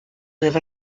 live